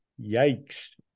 Yikes